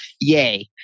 yay